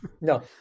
No